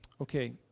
okay